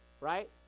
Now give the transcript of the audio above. right